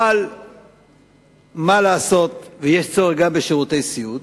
אבל מה לעשות ויש צורך בשירותי סיעוד,